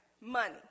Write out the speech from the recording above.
money